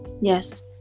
yes